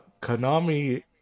Konami